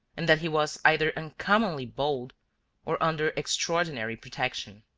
and that he was either uncommonly bold or under extraordinary protection.